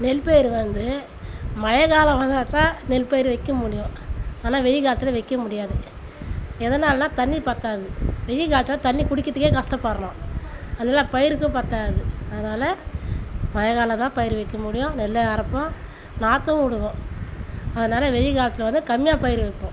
நெல் பயிர் வந்து மழைக்காலம் வந்தாச்சா நெல் பயிர் வைக்க முடியும் ஆனால் வெய்யக்காலத்தில் வைக்க முடியாது எதனாலன்னா தண்ணி பத்தாது வெய்யக்காலத்தில் தண்ணி குடிக்கிறத்துக்கே கஷ்டப்படுறோம் அதெல்லாம் பயிருக்கும் பத்தாது அதனால் மழைக்காலந்தான் பயிர் வைக்க முடியும் நெல் அறுப்போம் நாற்றும் விடுவோம் அதனால வெய்யக்காலத்தில் வந்து கம்மியாக பயிர் வைப்போம்